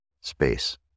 space